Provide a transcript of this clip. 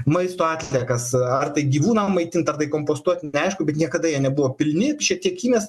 maisto atliekas ar tai gyvūnam maitint ar tai kompostuot neaišku bet niekada jie nebuvo pilni šiek tiek įmesta